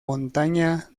montaña